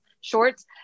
shorts